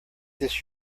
this